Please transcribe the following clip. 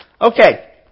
Okay